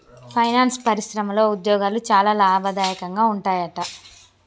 finance పరిశ్రమలో ఉద్యోగాలు చాలా లాభదాయకంగా ఉంటాయట